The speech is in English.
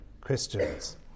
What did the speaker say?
Christians